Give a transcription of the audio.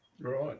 Right